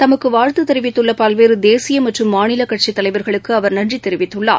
தமக்கு வாழ்த்து தெரிவித்துள்ள பல்வேறு தேசிய மற்றும் மாநில கட்சித் தலைவர்களுக்கு அவர் நன்றி தெரிவித்துள்ளார்